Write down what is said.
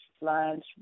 lunch